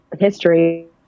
history